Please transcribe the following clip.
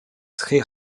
très